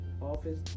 office